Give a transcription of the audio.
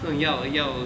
这种要要